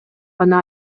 гана